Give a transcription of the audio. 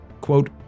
quote